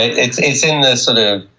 it's it's in the sort of